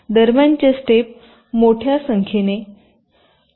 दरम्यानचे स्टेप मोठ्या संख्येने आहेत